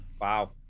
Wow